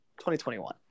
2021